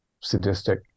sadistic